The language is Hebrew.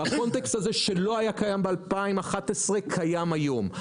והקונטקסט הזה שלא היה קיים ב-2011 קיים היום.